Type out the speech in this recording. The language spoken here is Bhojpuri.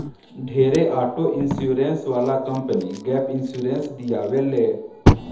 ढेरे ऑटो इंश्योरेंस वाला कंपनी गैप इंश्योरेंस दियावे ले